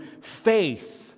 faith